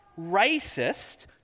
racist